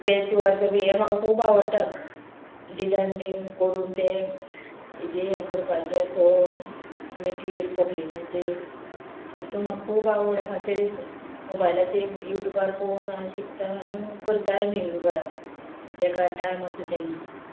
पेच वर्क बी हे म्हाका खूब आवडटा डिजायन बीन करून तें हेजे हें करपाचे पळोवन मेटियल पोपलिनाचेर हेतून म्हाका खूब आवड आहा तें मोबायलाचेर यू ट्यूबार पळोवन हांव शिकतां आनी करताय बीन घराक बेकार टायम आसा तेन्ना